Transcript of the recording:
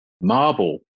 Marble